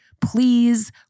please